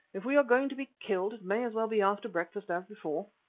if we are going to be killed may as well be after breakfast as before,